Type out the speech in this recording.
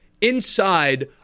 inside